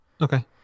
Okay